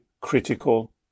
critical